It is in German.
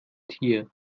tier